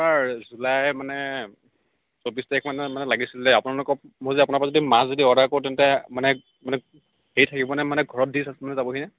আপোনাৰ জুলাইৰ মানে চৌব্বিছ তাৰিখ মানে মানে লাগিছিলে আপোনালোকৰ মই যদি আপোনালোকৰ পৰা যদি মাছ যদি অৰ্ডাৰ কৰো তেন্তে মানে মানে হেৰি থাকিব নে মানে ঘৰত দি যাবহি নে